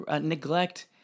neglect